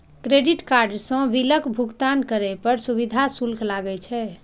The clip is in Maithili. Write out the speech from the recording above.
क्रेडिट कार्ड सं बिलक भुगतान करै पर सुविधा शुल्क लागै छै